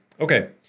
Okay